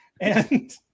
And-